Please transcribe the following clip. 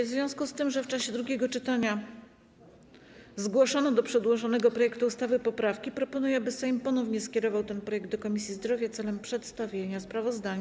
W związku z tym, że w czasie drugiego czytania zgłoszono do przedłożonego projektu ustawy poprawki, proponuję, aby Sejm ponownie skierował ten projekt do Komisji Zdrowia celem przedstawienia sprawozdania.